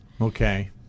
Okay